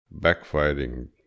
backfiring